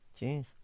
Jeez